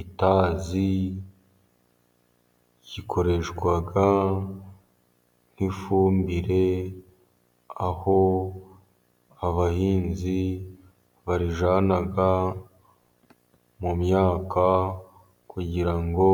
Itazi rikoreshwa nk ifumbire, aho abahinzi barijyana mu myaka kugira ngo